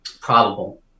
probable